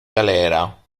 galera